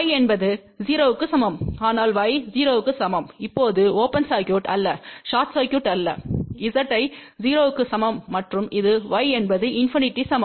Y என்பது 0 க்கு சமம் ஆனால் Y 0 க்கு சமம் இப்போது ஓபன் சர்க்யுட் அல்ல ஸார்ட் சர்க்யுட் அல்ல Z ஐ 0 க்கு சமம் மற்றும் இது Y என்பது இண்பிநிடிக்கு சமம்